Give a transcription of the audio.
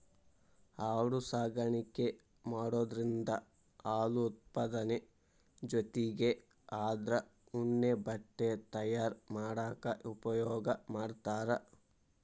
ಆಡು ಸಾಕಾಣಿಕೆ ಮಾಡೋದ್ರಿಂದ ಹಾಲು ಉತ್ಪಾದನೆ ಜೊತಿಗೆ ಅದ್ರ ಉಣ್ಣೆ ಬಟ್ಟೆ ತಯಾರ್ ಮಾಡಾಕ ಉಪಯೋಗ ಮಾಡ್ತಾರ